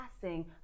passing